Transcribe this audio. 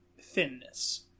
thinness